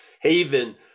haven